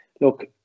look